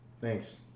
Thanks